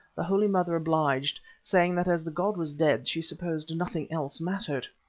the holy mother obliged, saying that as the god was dead she supposed nothing else mattered.